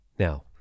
Now